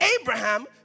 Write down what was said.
Abraham